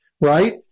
right